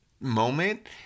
moment